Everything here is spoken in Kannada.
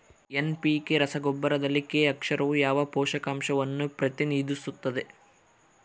ಎನ್.ಪಿ.ಕೆ ರಸಗೊಬ್ಬರದಲ್ಲಿ ಕೆ ಅಕ್ಷರವು ಯಾವ ಪೋಷಕಾಂಶವನ್ನು ಪ್ರತಿನಿಧಿಸುತ್ತದೆ?